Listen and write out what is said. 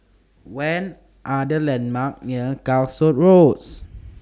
when Are The landmarks near Calshot Rose